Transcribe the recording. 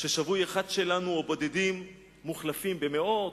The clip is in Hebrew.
ששבוי אחד שלנו או בודדים מוחלפים במאות,